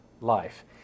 life